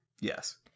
Yes